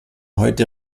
heute